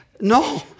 No